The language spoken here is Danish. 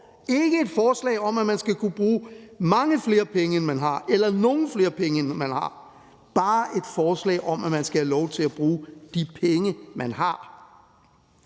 ikke et forslag om, at man skal kunne bruge mange flere penge eller nogle flere penge, end man har, men det er bare et forslag om, at man skal have lov til at bruge de penge, man har.